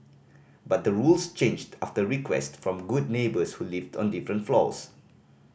but the rules changed after request from good neighbours who lived on different floors